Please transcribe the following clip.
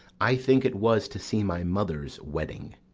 i think it was to see my mother's wedding.